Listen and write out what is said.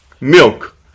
milk